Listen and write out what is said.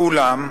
ואולם,